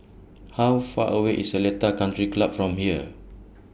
How Far away IS Seletar Country Club from here